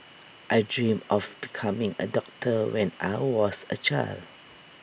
I dreamt of becoming A doctor when I was A child